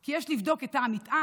קובעת כי יש לבדוק את תא המטען,